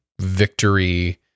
victory